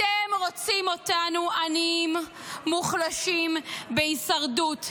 אתם רוצים אותנו עניים, מוחלשים, בהישרדות.